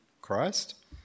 Christ